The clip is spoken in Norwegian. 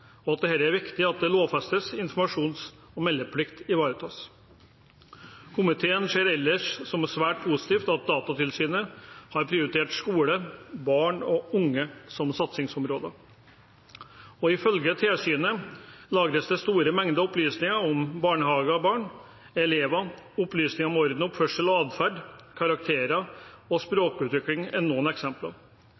og virksomheter må forbedres, og at det er viktig at den lovfestede informasjons- og meldeplikten ivaretas. Komiteen ser det ellers som svært positivt at Datatilsynet har prioritert skole, barn og unge som satsingsområder. Ifølge tilsynet lagres det store mengder opplysninger om barnehagebarn og elever. Opplysninger om orden, oppførsel, atferd, karakterer og